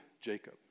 Jacob